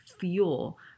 fuel